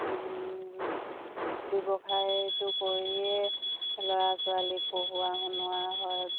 ব্যৱসায়টো কৰিয়ে ল'ৰা ছোৱালীক পঢ়োৱা শুনোৱা হয়